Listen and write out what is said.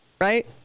right